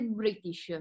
british